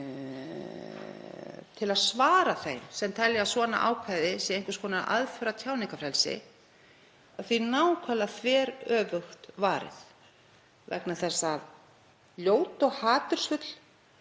til að svara þeim sem telja að svona ákvæði sé einhvers konar aðför að tjáningarfrelsi, að því er nákvæmlega þveröfugt farið vegna þess að ljót og hatursfull